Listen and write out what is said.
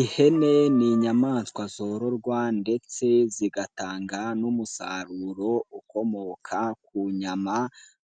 Ihene ni inyamaswa zororwa ndetse zigatanga n'umusaruro ukomoka ku nyama